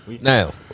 Now